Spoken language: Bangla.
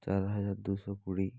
চার হাজার দুশো কুড়ি